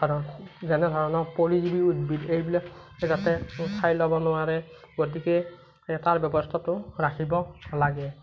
যেনে ধৰণৰ পৰিজীৱি উদ্ভিদ এইবিলাক যাতে ঠাই ল'ব নোৱাৰে গতিকে তাৰ ব্যৱস্থাটো ৰাখিব লাগে